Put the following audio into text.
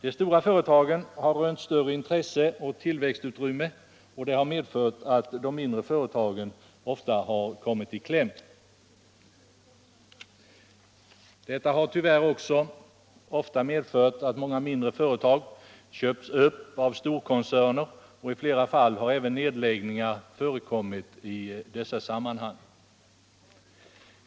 De stora företagen har rönt större intresse och tillväxtutrymme, vilket medfört att de mindre företagen ofta har kommit i kläm. Detta har tyvärr också medfört att många mindre företag köpts upp av storkoncerner, och i flera fall har även nedläggningar förekommit i dessa sammanhang.